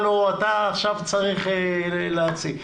אתה עכשיו צריך להוציא.